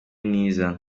mwiza